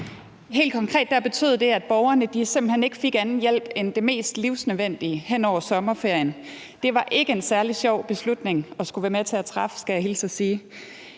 Helt konkret betød det, at borgerne simpelt hen ikke fik anden hjælp end den mest livsnødvendige hen over sommerferien. Det var ikke en særlig sjov beslutning at være med til at træffe, skulle jeg hilse og sige.